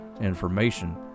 information